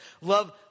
love